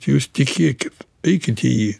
jūs tikėkit eikit į jį